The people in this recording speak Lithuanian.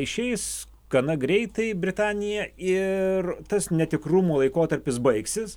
išeis gana greitai britanija ir tas netikrumo laikotarpis baigsis